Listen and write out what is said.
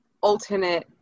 alternate